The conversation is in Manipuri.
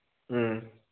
ꯎꯝ